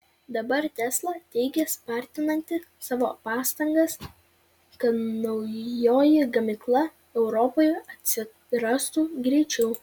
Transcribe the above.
dabar tesla teigia spartinanti savo pastangas kad naujoji gamykla europoje atsirastų greičiau